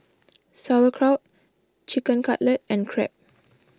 Sauerkraut Chicken Cutlet and Crepe